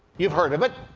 you've heard of it.